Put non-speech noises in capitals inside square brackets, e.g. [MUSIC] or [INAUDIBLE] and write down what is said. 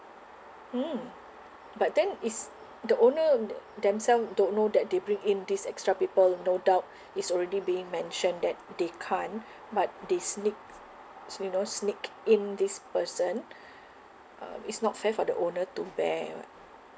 mm but then it's the owner the themselves don't know that they bring in these extra people no doubt [BREATH] it's already being mentioned that they can't [BREATH] but they sneak you know sneak in this person [BREATH] uh it's not fair for the owner to bear [what]